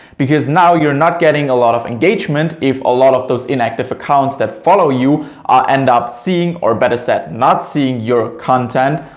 because now you're not getting a lot of engagement if a lot of those inactive accounts that follow you ah end up seeing or better set not seeing your content.